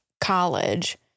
college